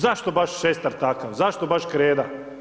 Zašto baš šestar takav, zašto baš kreda?